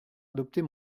adopter